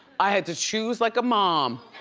i had to choose like a mom.